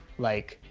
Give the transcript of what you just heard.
like,